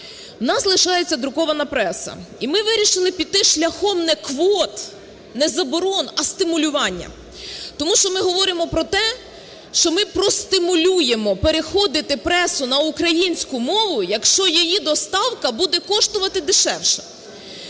У нас лишається друкована преса, і ми вирішили піти шляхом не квот, не заборон, а стимулювання. Тому що ми говоримо про те, що ми простимулюємо переходити пресу на українську мову, якщо її доставка буде коштувати дешевше.